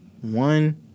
one